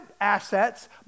assets